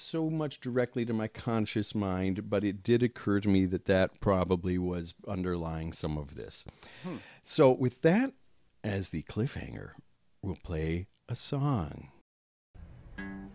so much directly to my conscious mind but it did occur to me that that probably was underlying some of this so with that as the cliffhanger will play a song